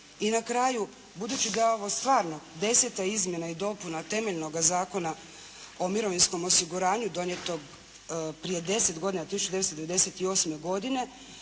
I na kraju, budući da je ovo stvarno deseta izmjena i dopuna temeljnoga Zakona o mirovinskom osiguranju donijetog prije deset godina 1998. godine